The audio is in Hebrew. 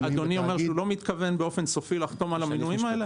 אדוני אומר שהוא לא מתכוון לחתום באופן סופי על המינויים האלה?